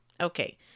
okay